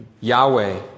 Yahweh